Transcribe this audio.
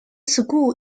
school